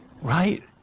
Right